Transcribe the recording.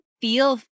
feel